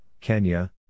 Kenya